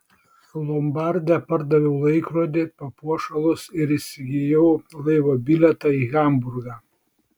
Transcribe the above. lombarde pardaviau laikrodį papuošalus ir įsigijau laivo bilietą į hamburgą